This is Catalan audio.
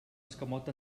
escamot